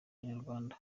abanyarwanda